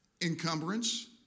Encumbrance